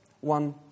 one